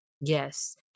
yes